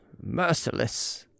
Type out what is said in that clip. merciless